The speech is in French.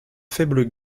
faible